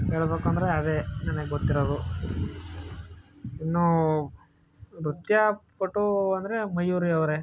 ಹೇಳಬೇಕು ಅಂದರೆ ಅದೇ ನನಗೆ ಗೊತ್ತಿರೋದು ಇನ್ನು ನೃತ್ಯ ಪಟು ಅಂದರೆ ಮಯೂರಿ ಅವರೇ